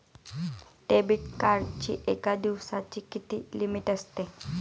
Debit कार्डची एका दिवसाची किती लिमिट असते?